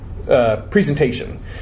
Presentation